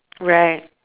right